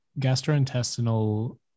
gastrointestinal